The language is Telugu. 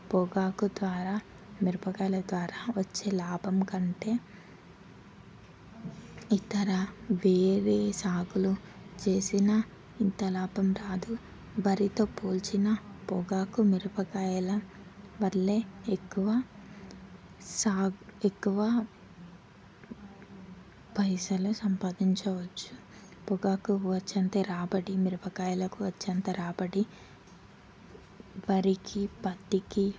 పొగాకు ద్వారా మిరపకాయల ద్వారా వచ్చే లాభం కంటే ఇతర వేరే సాగులు చేసిన ఇంత లాభం రాదు వరితో పోల్చిన పొగాకు మిరపకాయల వల్ల ఎక్కువ సాగు ఎక్కువ పైసలు సంపాదించవచ్చు పొగాకుకు వచ్చే రాబడి మిరపకాయలకు వచ్చే రాబడి వరికి పత్తికి